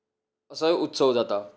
असोय उत्सव जाता